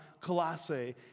Colossae